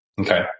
Okay